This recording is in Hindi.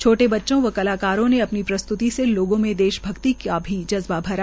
छोटे बच्चे व कलाकारों ने अपनी प्रस्तुती से लोगों में देशभक्ति का भी जज्ब्बा भरा